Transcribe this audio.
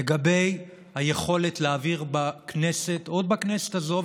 לגבי היכולת להעביר עוד בכנסת הזאת,